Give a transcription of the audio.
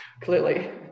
Clearly